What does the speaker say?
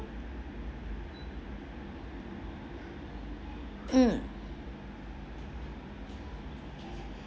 mm